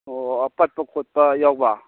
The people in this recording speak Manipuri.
ꯑꯣ ꯑꯄꯠꯄ ꯈꯣꯠꯄ ꯌꯥꯎꯕ